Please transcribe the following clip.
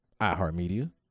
iHeartMedia